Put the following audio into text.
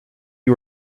you